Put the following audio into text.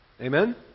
Amen